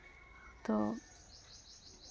ᱛᱚ